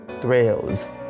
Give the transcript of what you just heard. thrills